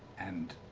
and